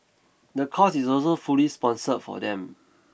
the course is also fully sponsored for them